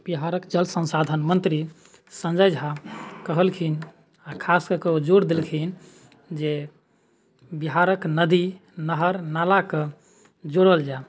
बिहारके जल संसाधन मन्त्री संजय झा कहलखिन आओर खासकऽ कऽ ओ जोर देलखिन जे बिहारके नदी नहर नालाके जोड़ल जाइ